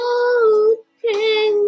open